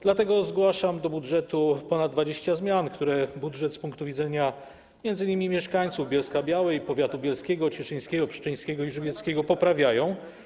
Dlatego zgłaszam do budżetu ponad 20 zmian, które budżet z punktu widzenia m.in. mieszkańców Bielska Białej, powiatu bielskiego, cieszyńskiego, pszczyńskiego i żywieckiego poprawiają.